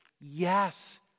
yes